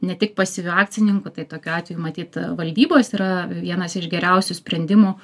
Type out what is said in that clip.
ne tik pasyviu akcininku tai tokiu atveju matyt valdybos yra vienas iš geriausių sprendimų